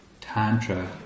Tantra